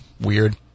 weird